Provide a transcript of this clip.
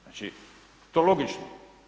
Znači to je logično.